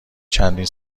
چندین